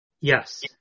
Yes